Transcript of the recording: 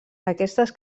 aquestes